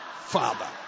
Father